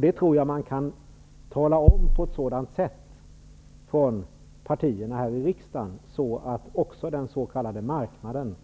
Det tror jag att man kan tala om från partierna här i riksdagen på ett sådant sätt att också den s.k. marknaden